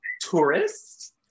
tourists